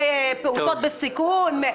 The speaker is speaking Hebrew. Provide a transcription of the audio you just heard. מפעוטות בסיכון?